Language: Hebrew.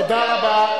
תודה רבה.